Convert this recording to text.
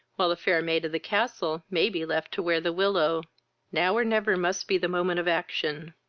while the fair maid of the castle may be left to wear the willow now, or never, must be the moment of action